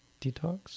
Detox